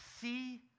see